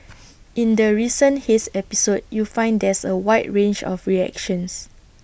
in the recent haze episode you find there's A wide range of reactions